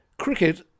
cricket